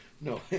No